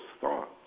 thoughts